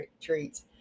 treats